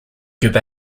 give